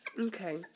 Okay